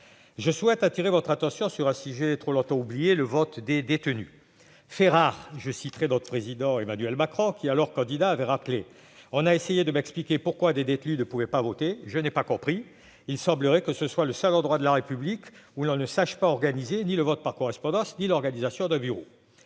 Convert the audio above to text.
ma part attirer votre attention sur un sujet trop longtemps oublié, le vote des détenus. Fait rare, je citerai notre président Emmanuel Macron qui, alors candidat, avait rappelé :« On a essayé de m'expliquer pourquoi des détenus ne pouvaient pas voter. Je n'ai pas compris. Il semblerait que ce soit le seul endroit de la République où l'on ne sache pas organiser le vote par correspondance ni l'organisation d'un bureau. »